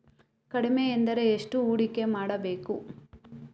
ಕಡಿಮೆ ಎಂದರೆ ಎಷ್ಟು ಹೂಡಿಕೆ ಮಾಡಬೇಕು?